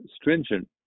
stringent